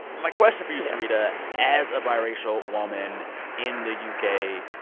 my question for you, sarita as a biracial woman in the u k,